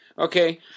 Okay